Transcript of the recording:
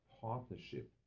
partnership